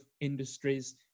industries